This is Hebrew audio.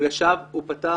הוא פתח